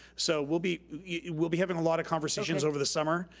so we'll be yeah we'll be having a lotta conversations over the summer,